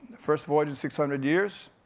first voyage in six hundred years.